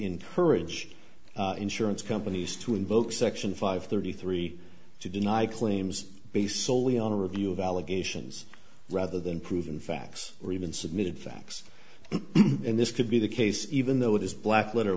encourage insurance companies to invoke section five thirty three to deny claims based soley on a review of allegations rather than proven facts or even submitted facts and this could be the case even though it is black letter